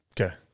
Okay